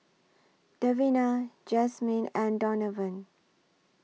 Davina Jasmyn and Donavan